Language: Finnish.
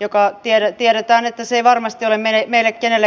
ja tiedetään että se ei varmasti ole meille kenellekään helppo